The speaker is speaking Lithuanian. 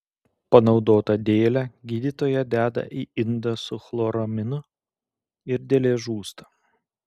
panaudotą dėlę gydytoja deda į indą su chloraminu ir dėlė žūsta